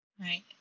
right